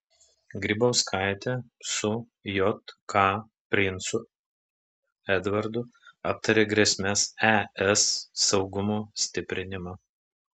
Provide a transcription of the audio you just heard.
grybauskaitė su jk princu edvardu aptarė grėsmes es saugumo stiprinimą